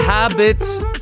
Habits